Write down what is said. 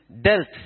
dealt